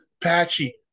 Patchy